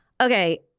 Okay